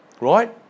right